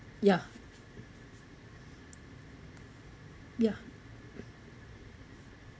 ya ya